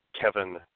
Kevin